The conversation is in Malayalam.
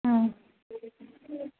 ആ